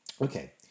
Okay